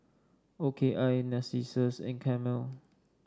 O K I Narcissus and Camel